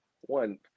one